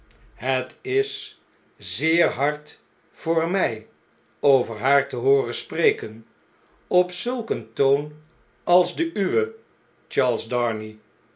het is zeer hard voor mij over haar te hooren spreken op zulk een toon als de uwe charles darnay